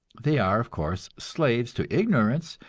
they are, of course, slaves to ignorance,